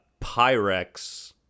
Pyrex